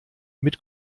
mit